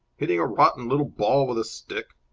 hitting a rotten little ball with a stick!